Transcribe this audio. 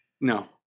No